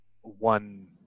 one